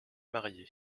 marié